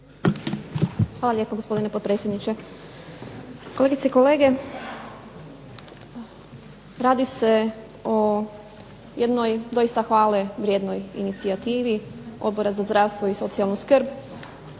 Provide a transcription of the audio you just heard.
Hvala lijepo, gospodine potpredsjedniče. Kolegice i kolege, radi se o jednoj doista hvalevrijednoj inicijativi Odbora za zdravstvo i socijalnu skrb